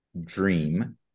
dream